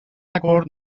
acord